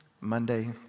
Monday